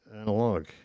analog